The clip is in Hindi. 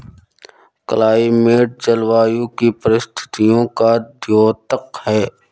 क्लाइमेट जलवायु की परिस्थितियों का द्योतक है